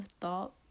thought